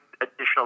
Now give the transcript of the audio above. additional